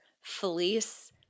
Felice